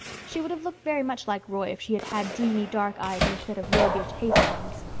she would have looked very much like roy if she had had dreamy dark eyes instead of roguish hazel ones.